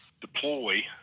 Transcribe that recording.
deploy